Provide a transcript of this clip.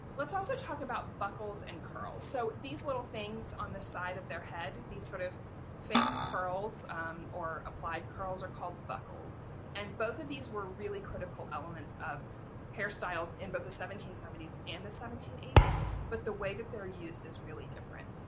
let's also talk about buckles and curls. so these little things on the side of their head these sort of fake curls or applied curls are called buckles and both of these were really critical elements of hairstyles in both the seventeen seventy s and the seventeen eighty s, but the way that they're used is really different.